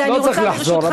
לא צריך לחזור,